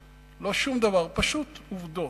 לא שום דבר, פשוט עובדות,